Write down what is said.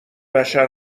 بشر